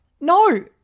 no